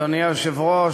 אדוני היושב-ראש,